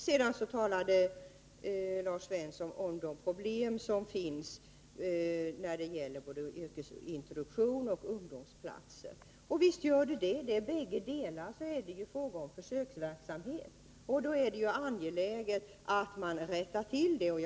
Sedan talade Lars Svensson om problemen när det gäller både yrkesintroduktionen och ungdomsplatserna. Och visst finns det problem. I båda fallen är det fråga om försöksverksamhet, och då är det angeläget att vi rättar till bristerna.